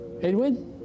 Edwin